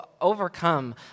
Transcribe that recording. overcome